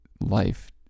life